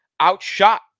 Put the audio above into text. outshot